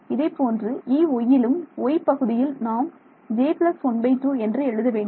இதேபோன்று Ey யிலும் y பகுதியில் நாம் j ½ என்று எழுதவேண்டும்